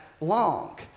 Long